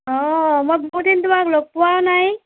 অ' মই বহু দিন তোমাক লগ পোৱা নাই